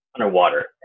underwater